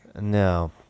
No